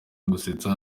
gusetsa